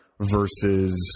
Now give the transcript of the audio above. versus